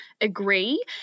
agree